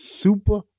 super